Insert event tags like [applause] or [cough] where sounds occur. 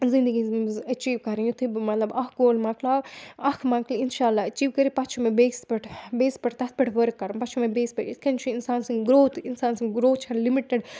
زندگی [unintelligible] أچیٖو کَرٕنۍ یُتھُے بہٕ مطلب اَکھ گول مۄکلاو اَکھ مَکلہِ اِنشاء اللہ أچیٖو کٔرِتھ پَتہٕ چھُ مےٚ بیٚکِس پٮ۪ٹھ بیٚیِس پٮ۪ٹھ تَتھ پٮ۪ٹھ ؤرٕک کَرُن پَتہٕ چھِ مےٚ بیٚیِس پٮ۪ٹھ اِتھ کٔنۍ چھُ اِنسان سٕنٛز گرٛوتھ اِنسان سٕنٛز گرٛوتھ چھَنہٕ لِمِٹِڈ